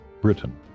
Britain